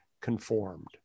conformed